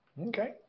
Okay